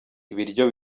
ibiryo